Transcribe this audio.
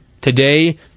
Today